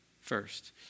First